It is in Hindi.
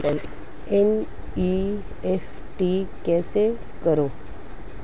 एन.ई.एफ.टी कैसे करें?